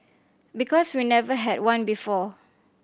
because we never had one before